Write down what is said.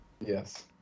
Yes